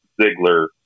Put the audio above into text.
Ziggler